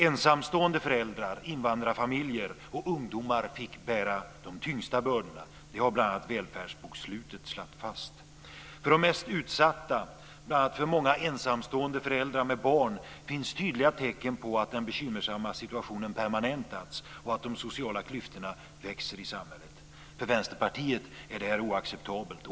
Ensamstående föräldrar, invandrarfamiljer och ungdomar fick bära de tyngsta bördorna. Det har slagits fast bl.a. i välfärdsbokslutet. För de mest utsatta - bl.a. för många ensamstående föräldrar med barn - finns tydliga tecken på att den bekymmersamma situationen permanentats och att de sociala klyftorna växer i samhället. För Vänsterpartiet är detta oacceptabelt.